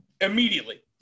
immediately